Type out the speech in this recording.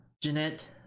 Jeanette